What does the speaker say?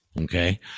Okay